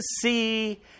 see